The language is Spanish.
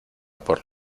por